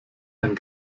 ein